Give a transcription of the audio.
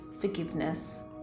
forgiveness